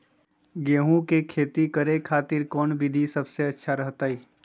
गेहूं के खेती करे खातिर कौन विधि सबसे अच्छा रहतय?